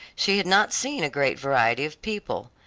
she had not seen a great variety of people.